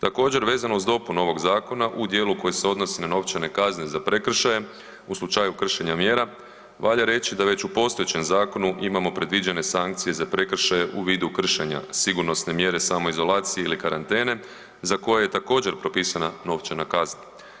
Također, vezano uz dopunu ovog zakona u dijelu koji se odnosi na novčane kazne za prekršaje u slučaju kršenja mjera valja reći da već u postojećem zakonu imamo predviđene sankcije za prekršaje u vidu kršenja sigurnosne mjere samoizolacije ili karantene za koje je također popisana novčana kazna.